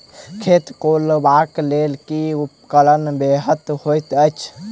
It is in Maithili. खेत कोरबाक लेल केँ उपकरण बेहतर होइत अछि?